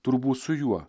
turbūt su juo